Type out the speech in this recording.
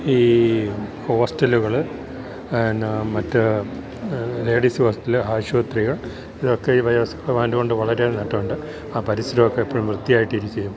ഈ ഹോസ്റ്റലുകള് മറ്റ് ലേഡീസ് ഹോസ്റ്റല് ആശുപത്രികൾ ഇതിനൊക്കെ ഈ ബയോഗ്യാസ് പ്ലാൻറ്റ് കൊണ്ട് വളരെ നേട്ടമുണ്ട് ആ പരിസരമൊക്കെ എപ്പോഴും വൃത്തിയായിട്ടിരിക്കുകയും